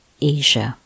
Asia